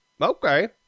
Okay